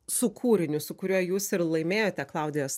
su kūriniu su kuriuo jūs ir laimėjote klaudijos